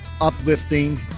uplifting